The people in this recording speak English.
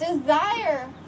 desire